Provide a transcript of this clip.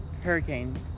hurricanes